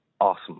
awesome